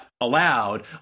allowed